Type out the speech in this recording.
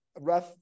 rough